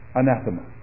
anathema